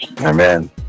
Amen